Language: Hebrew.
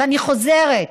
ואני חוזרת: